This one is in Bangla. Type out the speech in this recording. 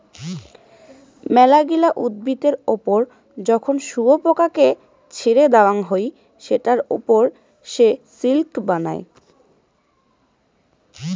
মেলাগিলা উদ্ভিদের ওপর যখন শুয়োপোকাকে ছেড়ে দেওয়াঙ হই সেটার ওপর সে সিল্ক বানায়